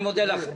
אני מודה לך.